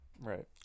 right